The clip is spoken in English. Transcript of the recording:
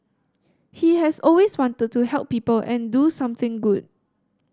he has always wanted to help people and do something good